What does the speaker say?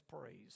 praise